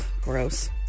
gross